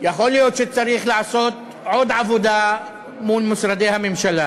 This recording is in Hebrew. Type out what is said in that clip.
יכול להיות שצריך לעשות עוד עבודה מול משרדי הממשלה,